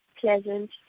pleasant